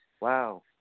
wow